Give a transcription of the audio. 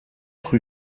rue